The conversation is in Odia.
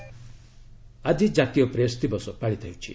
ପ୍ରେସ୍ ଡେ ଆଜି ଜାତୀୟ ପ୍ରେସ୍ ଦିବସ ପାଳିତ ହେଉଛି